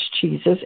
cheeses